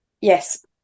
Yes